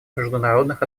международных